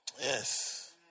Yes